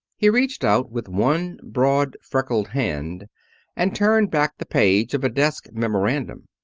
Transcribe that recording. he reached out with one broad freckled hand and turned back the page of a desk memorandum.